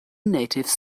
natives